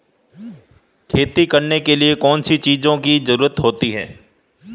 खेती करने के लिए कौनसी चीज़ों की ज़रूरत होती हैं?